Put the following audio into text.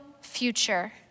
future